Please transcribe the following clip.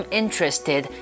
interested